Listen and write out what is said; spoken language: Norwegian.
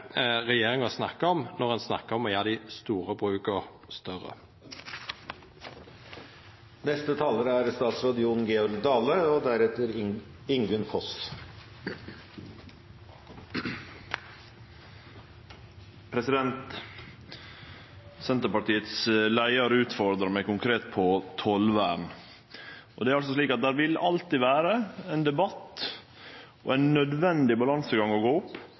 regjeringa snakkar om, når ein snakkar om å gjera dei store bruka større. Senterpartiets leiar utfordra meg konkret på tollvern. Det vil alltid vere ein debatt og ein nødvendig balansegang å gå opp